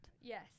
yes